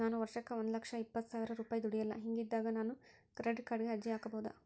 ನಾನು ವರ್ಷಕ್ಕ ಒಂದು ಲಕ್ಷ ಇಪ್ಪತ್ತು ಸಾವಿರ ರೂಪಾಯಿ ದುಡಿಯಲ್ಲ ಹಿಂಗಿದ್ದಾಗ ನಾನು ಕ್ರೆಡಿಟ್ ಕಾರ್ಡಿಗೆ ಅರ್ಜಿ ಹಾಕಬಹುದಾ?